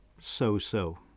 so-so